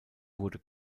wurde